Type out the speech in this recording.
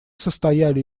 состояли